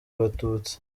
abatutsi